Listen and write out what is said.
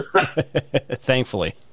thankfully